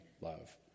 love